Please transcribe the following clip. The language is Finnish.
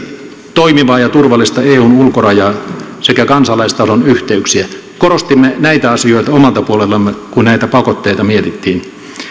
toimivaa ja turvallista eun ulkorajaa sekä kansalaistason yhteyksiä korostimme näitä asioita omalta puoleltamme kun näitä pakotteita mietittiin